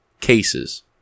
cases